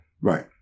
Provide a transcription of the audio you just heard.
Right